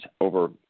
over